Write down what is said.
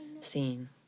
scene